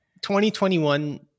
2021